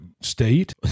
state